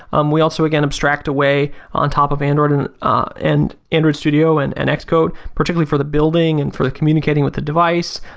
um we also again abstract a way on top of android and ah and android studio and and x code particularly for the building and the communicating with the device.